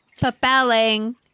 Propelling